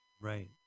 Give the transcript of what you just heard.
Right